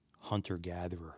hunter-gatherer